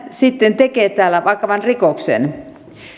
sitten tekee täällä vakavan rikoksen